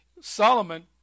Solomon